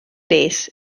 base